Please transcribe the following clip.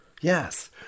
Yes